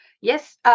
Yes